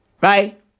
right